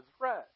red